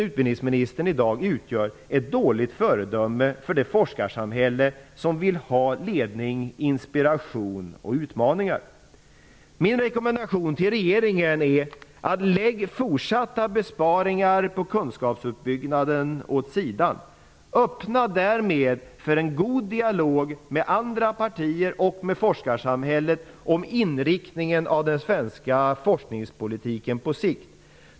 Utbildningsministern utgör i dag ett dåligt föredöme för det forskarsamhälle som vill ha ledning, inspiration och utmaningar. Min rekommendation till regeringen är att lägga fortsätta besparingar på kunskapsuppbyggnaden åt sidan. Öppna därmed för en god dialog med andra partier och med forskarsamhället om inriktningen av den svenska forskningspolitiken på sikt!